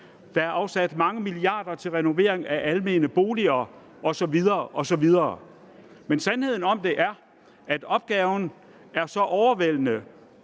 der er afsat mange milliarder kroner til renovering af almene boliger osv. osv. Men sandheden er, at opgaven er så overvældende